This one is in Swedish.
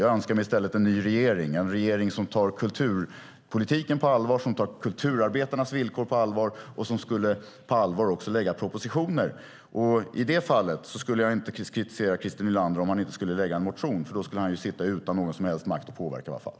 Jag önskar mig i stället en ny regering - en regering som tar kulturpolitiken på allvar, som tar kulturarbetarnas villkor på allvar och som på allvar också skulle lägga fram propositioner. I det fallet skulle jag inte kritisera Christer Nylander om han inte skulle väcka någon motion, för då skulle han sitta utan någon som helst makt att påverka i alla fall.